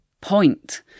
point